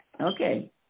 Okay